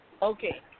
Okay